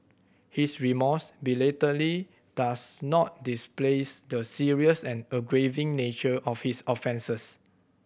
his remorse belatedly does not displace the serious and aggravating nature of his offences